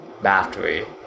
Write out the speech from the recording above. battery